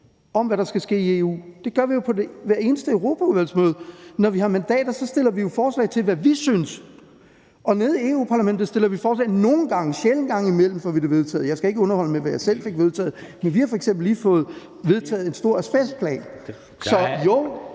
om, hvad der skal ske i EU. Det gør vi jo på hver eneste europaudvalgsmøde. Når vi har mandater, stiller vi jo forslag om det, vi synes, og nede i Europa-Parlamentet stiller vi forslag. Nogle gange, en sjælden gang imellem, får vi det vedtaget. Jeg skal ikke underholde med, hvad jeg selv fik vedtaget, men vi har f.eks. lige fået vedtaget en stor asbestplan. Så nej,